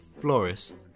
florist